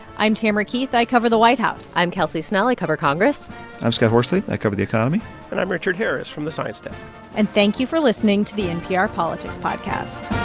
i'm tamara keith. i cover the white house i'm kelsey snell. i cover congress i'm scott horsley. i cover the economy and i'm richard harris from the science desk and thank you for listening to the npr politics podcast